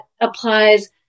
applies